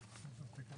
לחוק ניירות